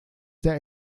der